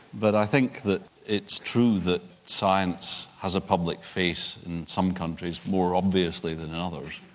but i think that it's true that science has a public face in some countries more obviously than others.